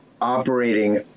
operating